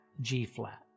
G-flat